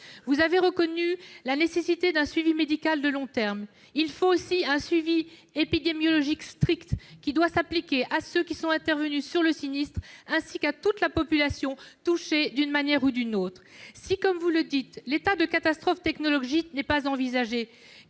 Vous avez reconnu la nécessité d'un suivi médical de long terme, mais il faut aussi un suivi épidémiologique strict de ceux qui sont intervenus sur le sinistre et de toute la population touchée d'une manière ou d'une autre. Si, comme vous le dites, la reconnaissance de l'état de catastrophe technologique n'est pas envisagée,